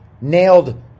nailed